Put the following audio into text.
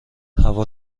هوا